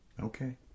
Okay